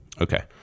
Okay